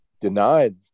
denied